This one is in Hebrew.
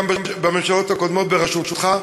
גם בממשלות הקודמות בראשותך,